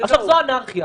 עכשיו, זו אנרכיה.